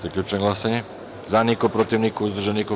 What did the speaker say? Zaključujem glasanje: za – niko, protiv – niko, uzdržanih – nema.